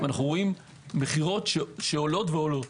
רואים מכירות שעולות ועולות.